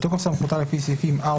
התשפ"ב 2022 "בתוקף סמכותה לפי סעיפים 4,